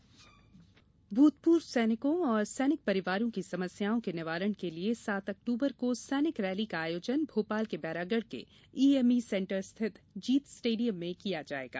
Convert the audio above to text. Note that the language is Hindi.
सैनिक रैली भूतपूर्व सैनिकों और सैनिक परिवारों की समस्याओं के निवारण के लिये सात अक्टूबर को सैनिक रैली का आयोजन भोपाल के बैरागढ के ईएमई सेंटर स्थित जीत स्टेडियम में किया जायेगा